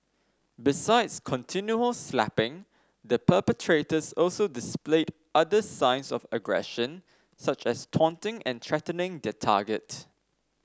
besides continual slapping the perpetrators also displayed other signs of aggression such as taunting and threatening their target